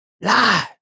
lie